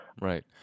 Right